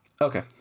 Okay